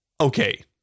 Okay